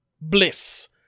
bliss